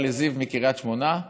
אהרל'ה זיו מקריית שמונה.